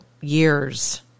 years